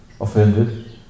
offended